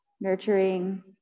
nurturing